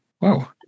Wow